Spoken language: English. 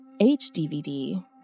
HDVD